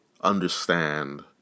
understand